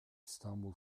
i̇stanbul